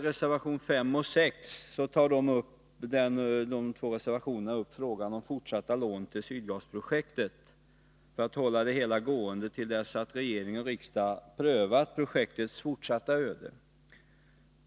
Reservationerna 5 och 6 tar upp frågan om fortsatta lån till Sydgasprojektet för att hålla det hela gående till dess att regering och riksdag prövat projektets fortsatta öde.